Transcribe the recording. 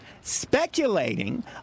Speculating